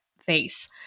face